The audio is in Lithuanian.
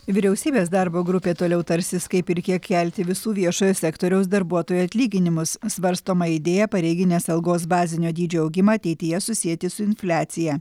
vyriausybės darbo grupė toliau tarsis kaip ir kiek kelti visų viešojo sektoriaus darbuotojų atlyginimus svarstoma idėja pareiginės algos bazinio dydžio augimą ateityje susieti su infliacija